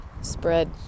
spread